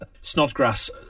Snodgrass